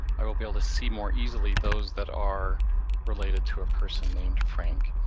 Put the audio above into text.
i will be able to see more easily those that are related to a person named frank,